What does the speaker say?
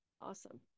Awesome